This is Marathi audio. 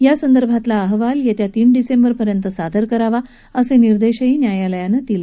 यासंदर्भातला अहवाल येत्या तीन डिसेंबर पर्यंत सादर करावा असे निर्देशही न्यायालयानं दिले